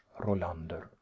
Rolander